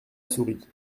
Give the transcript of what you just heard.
souris